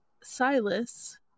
Silas